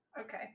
Okay